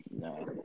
No